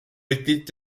mitglied